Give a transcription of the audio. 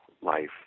life